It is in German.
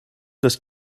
das